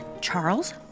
Charles